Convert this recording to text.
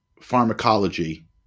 pharmacology